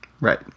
Right